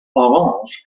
orange